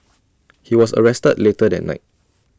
he was arrested later that night